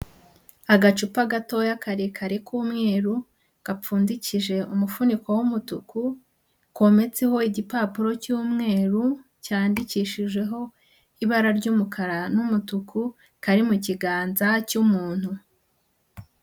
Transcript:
Agacupa gatoya karekare k'umweru, gapfundikije umufuniko w'umutuku, kometseho igipapuro cy'umweru, cyandikishijeho ibara ry'umukara n'umutuku, kari mu kiganza cy'umuntu.